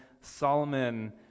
Solomon